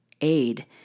aid